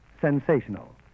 sensational